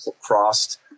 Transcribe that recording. crossed